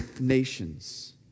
nations